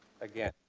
again,